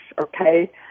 okay